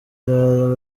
iraza